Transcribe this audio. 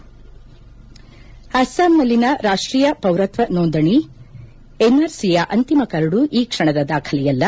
ಸಾಂಪ್ ಅಸ್ಲಾಂನಲ್ಲಿನ ರಾಷ್ಟೀಯ ಪೌರತ್ವ ನೋಂದಣಿ ಎನ್ಆರ್ಸಿಯ ಅಂತಿಮ ಕರಡು ಈ ಕ್ಷಣದ ದಾಖಲೆಯಲ್ಲ